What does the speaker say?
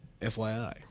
FYI